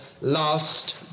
last